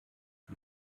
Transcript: die